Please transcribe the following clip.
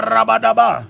Rabadaba